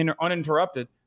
uninterrupted